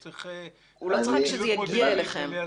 הוא צריך --- לא צריך רק כשזה מגיע אליכם.